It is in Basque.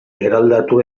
eraldatu